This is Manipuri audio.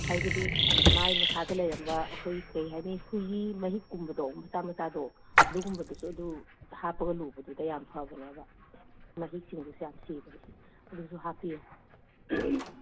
ꯍꯥꯏꯕꯗꯤ ꯃꯥꯒꯤ ꯃꯁꯥꯗ ꯂꯩꯔꯝꯕ ꯑꯩꯈꯣꯏꯒꯤ ꯀꯔꯤ ꯍꯥꯏꯅꯤ ꯍꯨꯏꯔꯤ ꯃꯍꯤꯛꯀꯨꯝꯕꯗꯣ ꯃꯆꯥ ꯃꯆꯥꯗꯣ ꯑꯗꯨꯒꯨꯝꯕꯗꯨꯁꯨ ꯑꯗꯨ ꯍꯥꯞꯄꯒ ꯂꯨꯕꯗꯨꯗ ꯌꯥꯝ ꯐꯕꯅꯦꯕ ꯃꯍꯤꯛꯁꯤꯡꯗꯨꯁꯨ ꯌꯥꯝ ꯁꯤꯕꯅꯦ ꯑꯗꯨꯁꯨ ꯍꯥꯞꯄꯤꯌꯨ